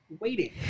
waiting